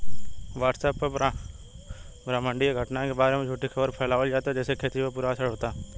WhatsApp पर ब्रह्माण्डीय घटना के बारे में झूठी खबर फैलावल जाता जेसे खेती पर बुरा असर होता